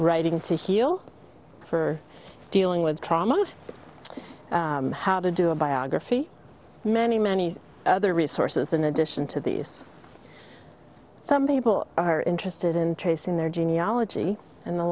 writing to heal for dealing with trauma how to do a biography many many other resources in addition to these some people are interested in tracing their genealogy and the